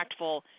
impactful